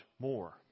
more